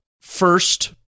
first